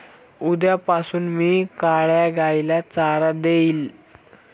उद्यापासून मी काळ्या गाईला चारा देईन